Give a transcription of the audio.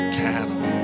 cattle